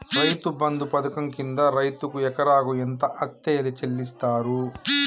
రైతు బంధు పథకం కింద రైతుకు ఎకరాకు ఎంత అత్తే చెల్లిస్తరు?